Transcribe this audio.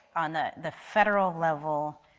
on the the federal level,